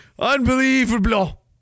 unbelievable